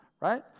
Right